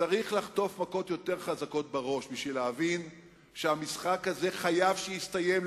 צריך לחטוף מכות יותר חזקות בראש בשביל להבין שהמשחק הזה חייב להסתיים,